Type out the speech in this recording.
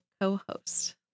co-host